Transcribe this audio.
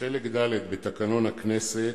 לחלק ד' בתקנון הכנסת,